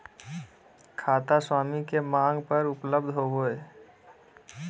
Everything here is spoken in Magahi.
खाता स्वामी के मांग पर उपलब्ध होबो हइ